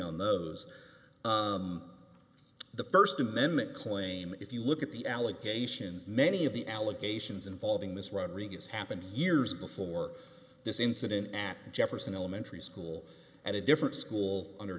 on those the first amendment claim if you look at the allegations many of the allegations involving this rodriguez happened years before this incident at jefferson elementary school at a different school